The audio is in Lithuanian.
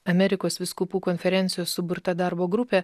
amerikos vyskupų konferencijos suburta darbo grupė